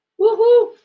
Woohoo